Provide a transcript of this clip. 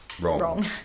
wrong